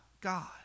God